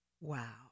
Wow